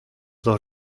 dos